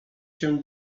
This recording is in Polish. się